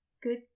good